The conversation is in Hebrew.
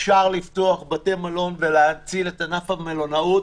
אפשר לפתוח בתי מלון ולהציל את ענף המלונאות